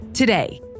Today